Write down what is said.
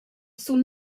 sun